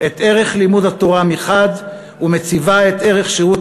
את ערך לימוד התורה מחד גיסא ומציבה את ערך שירות